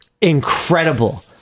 incredible